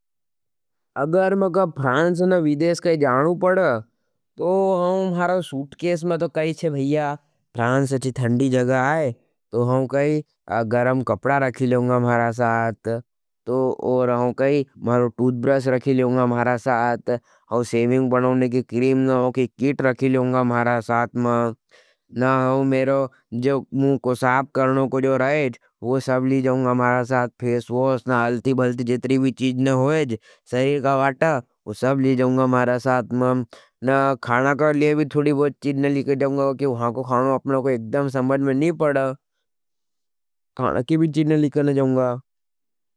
अगर मेरे फ्रांस का विदेश के जानू पड़ा, तो हमारा सुटकेश में तो कही चे भया, फ्रांस अच्छी थंडी जगा आए। तो हम कही, गरम कपडा रखे लेंगा मारा साथ, तो और हम कही, मेरो टूद्ब्रस रखे लेंगा मारा साथ, और सेविंग बनोंने के क्रीम न और किट रखे लेंगा महरा सातम और महीं मूँ प्रुटें को शाप करने को रहे। जरर बोले जंरि जो महरा साथ फेस, वोस, ना अलती, भलती जीतरी भी चीज़ नहीं होयेज संहरी का वाटा। वो सब ली जाँगा महरा सात्म न खाणा कर लिये भी थोड़ी बहुत चीज न लीगे जाँगा। कि वहां को खाणो अपनोगो एकड़्यम समझ में नहीं पढा खाना के भी चीड़ने लिखने जाँगा